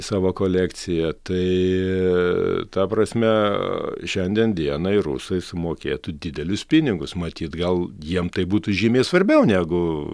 savo kolekciją tai ta prasme šiandien dienai rusai sumokėtų didelius pinigus matyt gal jiem tai būtų žymiai svarbiau negu